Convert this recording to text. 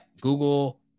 Google